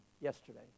yesterday